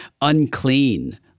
unclean